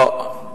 לא,